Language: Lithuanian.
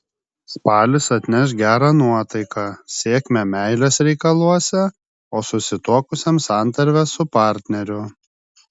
spalis atneš gerą nuotaiką sėkmę meilės reikaluose o susituokusiems santarvę su partneriu